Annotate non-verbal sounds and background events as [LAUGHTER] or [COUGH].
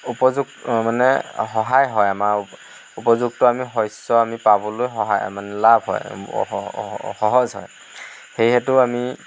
উপযু মানে সহায় হয় আমাৰ উপযুক্ত আমি শস্য আমি পাবলৈ সহায় মানে লাভ হয় স [UNINTELLIGIBLE] সহজ হয় সেইহেতু আমি